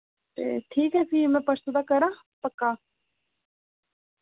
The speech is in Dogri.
ते ठीक ऐ फ्ही मैं परसूं दा करां पक्का